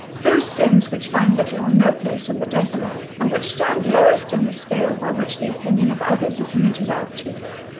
those sins which find little or no place in the decalogue, and which stand lowest in the scale by which the opinion of others is meted out to us.